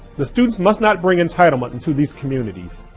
the students must not bring entitlement into these communities,